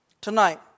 tonight